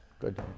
Good